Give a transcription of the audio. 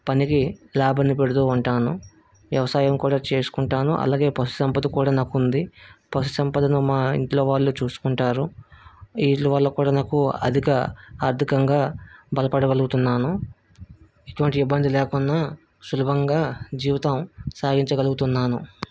పనికి లేబర్ని పెడుతూ ఉంటాను వ్యవసాయం కూడా చేసుకుంటాను అలాగే పశుసంపద కూడా నాకుంది పశుసంపదను మా ఇంట్లో వాళ్ళు చూసుకుంటారు వీళ్ళ వల్ల కూడా నాకు అధిక ఆర్థికంగా బలపడగలుగుతున్నాను ఎటువంటి ఇబ్బంది లేకుండా సులభంగా జీవితం సాగించగలుగుతున్నాను